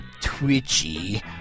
twitchy